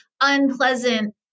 unpleasant